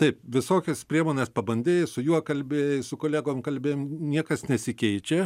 taip visokias priemones pabandei su juo kalbėjai su kolegom kalbėjom niekas nesikeičia